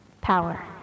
Power